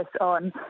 on